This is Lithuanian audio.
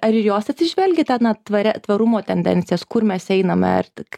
ar ir jos atsižvelgia ten na tvaria tvarumo tendencijas kur mes einame ir tik